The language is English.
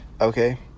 Okay